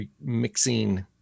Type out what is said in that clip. mixing